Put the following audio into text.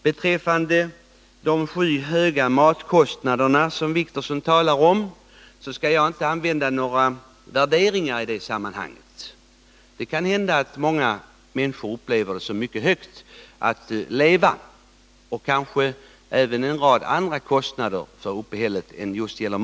Beträffande de skyhöga matkostnaderna, som Åke Wictorsson talar om, skall jag inte använda några värderingar i det sammanhanget. Det kan hända att många människor tycker att det är mycket dyrt att leva, även när det gäller en rad andra kostnader för uppehället än matkostnader.